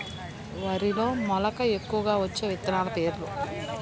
వరిలో మెలక ఎక్కువగా వచ్చే విత్తనాలు పేర్లు?